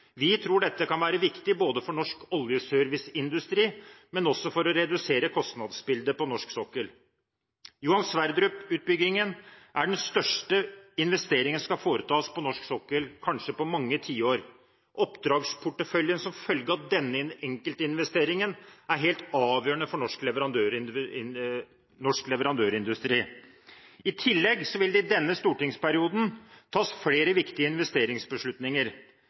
Vi tror dette kan være viktig både for norsk oljeserviceindustri og for å redusere kostnadsbildet på norsk sokkel. Johan Sverdrup-utbyggingen er den største investeringen som skal foretas på norsk sokkel på kanskje mange tiår. Oppdragsporteføljen som følge av denne enkeltinvesteringen er helt avgjørende for norsk leverandørindustri. I tillegg vil det i denne stortingsperioden tas flere viktige investeringsbeslutninger.